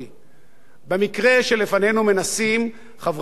במקרה שלפנינו מנסים חברי כנסת לעשות